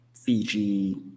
Fiji